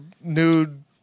nude